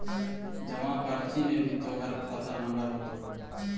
जमा पर्ची में भी तोहर खाता नंबर होतो